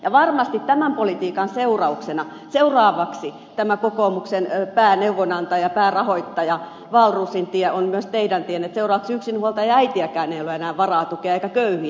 ja varmasti tämän politiikan seurauksena seuraavaksi tämän kokoomuksen pääneuvonantajan päärahoittajan wahlroosin tie on myös teidän tienne että seuraavaksi yksinhuoltajaäitiäkään ei ole enää varaa tukea eikä köyhiä